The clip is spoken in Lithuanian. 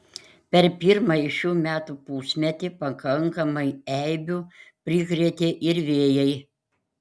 per pirmąjį šių metų pusmetį pakankamai eibių prikrėtė ir vėjai